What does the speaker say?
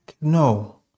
No